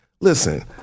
Listen